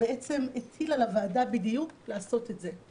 הטיל על הוועדה בדיוק לעשות את זה,